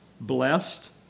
Blessed